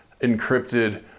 encrypted